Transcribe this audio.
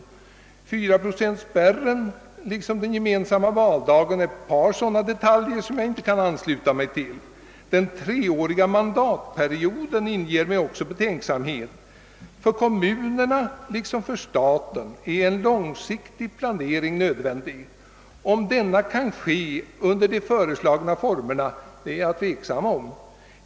4-procentspärren och den gemensamma valdagen är två detaljer som jag inte kan acceptera och den 3-åriga mandatperioden gör mig också betänksam. För kommunerna liksom för staten är en långsiktig planering nödvändig. Om denna kan ske med de föreslagna formerna tvivlar jag på.